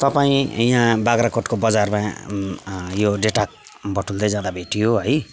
तपाईँ यहाँ बाग्राकोटको बजारमा यो डेटा बटुल्दै जाँदा भेटियो है